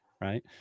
Right